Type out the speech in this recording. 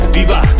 Viva